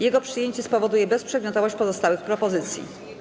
Jego przyjęcie spowoduje bezprzedmiotowość pozostałych propozycji.